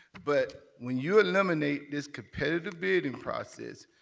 but when you eliminate this competitive bidding process,